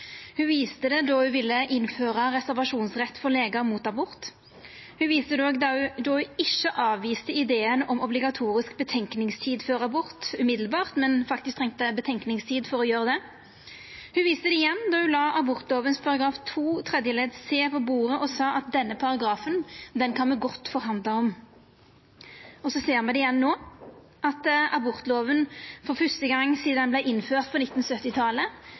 Ho viste det då ho ville innføra reservasjonsrett for legar mot abort. Ho viste det òg då ho ikkje avviste ideen om obligatorisk tenkjetid før abort med éin gong, men faktisk trengte tenkjetid for å gjera det. Ho viste det igjen då ho la abortloven paragraf 2 tredje ledd c på bordet og sa at denne paragrafen kunne ho godt forhandla om. Og så ser vi det igjen no, at abortloven – for fyrste gong sidan han vart innført på